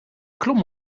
klom